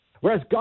Whereas